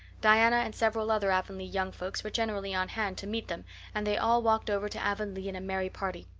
diana and several other avonlea young folks were generally on hand to meet them and they all walked over to avonlea in a merry party.